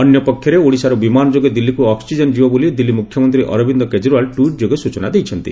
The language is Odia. ଅନ୍ୟପକ୍ଷରେ ଓଡ଼ିଶାରୁ ବିମାନ ଯୋଗେ ଦିଲ୍ଲୀକୁ ଅକ୍ ଦିଲ୍ଲୀ ମୁଖ୍ୟମନ୍ତୀ ଅରବିନ୍ଦ କେଜରିଓ୍ୱାଲ୍ ଟ୍ୱିଟ୍ ଯୋଗେ ସୂଚନା ଦେଇଛନ୍ତି